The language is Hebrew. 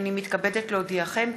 הנני מתכבדת להודיעכם,